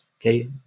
Okay